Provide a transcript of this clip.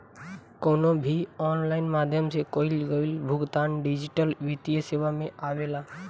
कवनो भी ऑनलाइन माध्यम से कईल गईल भुगतान डिजिटल वित्तीय सेवा में आवेला